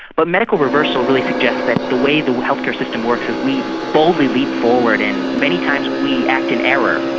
but medical reversal really suggests that the way the health care system works is we boldly leap forward, and many times we act in error.